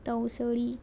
तवसळी